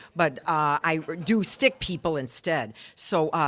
but i do stick people instead. so,